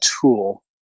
tool